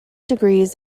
degrees